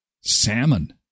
Salmon